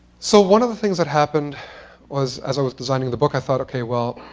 so one of the things that happened was, as i was designing the book i thought, ok. well,